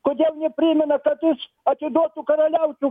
kodėl neprimena kad jis atiduotų karaliaučių